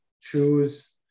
choose